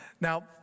Now